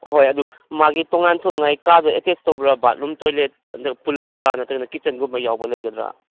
ꯑꯍꯣꯏ ꯑꯗꯨ ꯃꯥꯒꯤ ꯇꯣꯉꯥꯟ ꯊꯣꯡꯅꯉꯥꯏ ꯀꯥꯁꯦ ꯑꯦꯇꯦꯁ ꯇꯧꯕ꯭ꯔꯥ ꯕꯥꯠꯔꯨꯝ ꯇꯣꯏꯂꯦꯠ ꯑꯗ ꯄꯨꯜꯂꯤꯕ꯭ꯔꯥ ꯅꯠꯇ꯭ꯔꯒꯅ ꯀꯤꯠꯆꯟꯒꯨꯝꯕ ꯌꯥꯎꯕ ꯂꯩꯒꯗ꯭ꯔꯥ